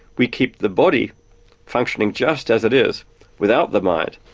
we keep the body functioning just as it is without the mind.